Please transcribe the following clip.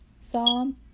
Psalm